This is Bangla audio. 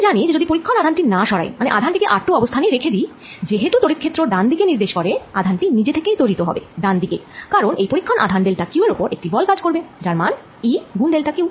আমি জানি যে আমি যদি পরীক্ষণ আধান টি না সরাই মানে আধানটি কে r2 অবস্থানেই রেখে দিই যেহেতু তড়িৎ ক্ষেত্র ডান দিকে নির্দেশ করে আধানটি নিজে থেকেই ত্বরিত হবে ডান দিকে কারন এই পরীক্ষণ আধান ডেল্টা Q এর ওপর একটি বল কাজ করবে যার মান E গুন ডেল্টা Q